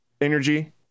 energy